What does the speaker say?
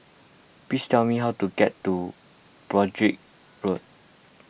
please tell me how to get to Broadrick Road